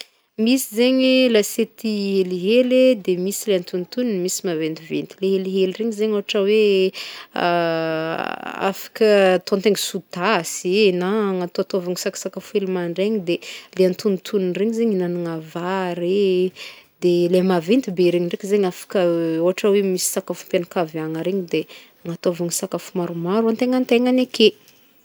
Misy zegny lasiety helihely e, de misy le antonontony, misy maventiventy, le helihely regny zegny ôhatra hoe afaka ataontegna sous tasy na agnataotaovagna sakasakafo hely mandraigna, de le antonontony ndray zegny ihinagnagna vary e, de le maventy be regny ndraiky zegny afaka, ôhatra hoe misy sakafom-pianankaviagna regny de agnataovana sakafo maromaro antegnantegnany ake.